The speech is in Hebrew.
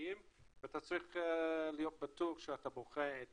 המשקיעים ואתה צריך להיות בטוח שאתה בוחר את